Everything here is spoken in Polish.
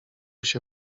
się